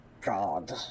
God